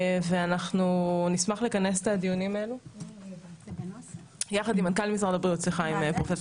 ואנחנו נשמח לכנס את הדיונים האלה יחד עם מנכ"ל משרד הבריאות פרופסור